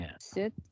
Sit